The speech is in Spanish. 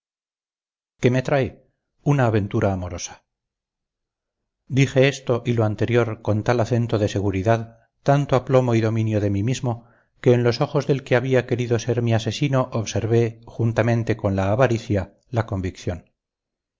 qué me trae una aventura amorosa dije esto y lo anterior con tal acento de seguridad tanto aplomo y dominio de mí mismo que en los ojos del que había querido ser mi asesino observé juntamente con la avaricia la convicción